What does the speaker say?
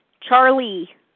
Charlie